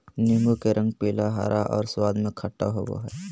नीबू के रंग पीला, हरा और स्वाद में खट्टा होबो हइ